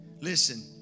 Listen